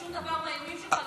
ושום דבר מהאיומים שלך לא,